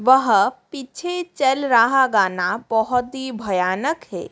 वह पीछे चल रहा गाना बहुत ही भयानक है